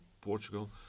Portugal